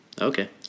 Okay